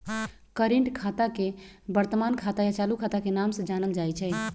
current खाता के वर्तमान खाता या चालू खाता के नाम से जानल जाई छई